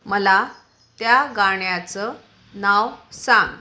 मला त्या गाण्याचं नाव सांग